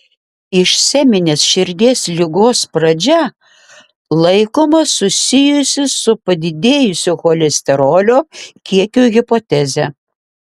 išeminės širdies ligos pradžia laikoma susijusi su padidėjusio cholesterolio kiekio hipoteze